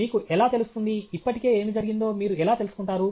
మీకు ఎలా తెలుస్తుంది ఇప్పటికే ఏమి జరిగిందో మీరు ఎలా తెలుసుకుంటారు